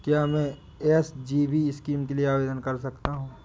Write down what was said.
क्या मैं SGB scheme के लिए आवेदन कर सकता हूँ?